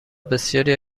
بسیاری